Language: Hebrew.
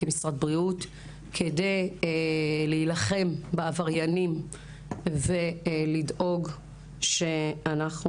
כמשרד בריאות כדי להילחם בעבריינים ולדאוג שאנחנו